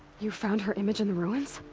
you found her image in the ruins?